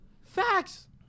Facts